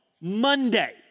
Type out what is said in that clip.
Monday